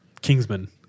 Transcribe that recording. Kingsman